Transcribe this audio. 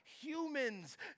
humans